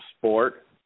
sport